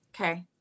Okay